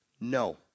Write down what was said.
no